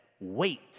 wait